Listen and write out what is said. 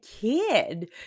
kid